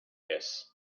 this